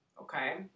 okay